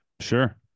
sure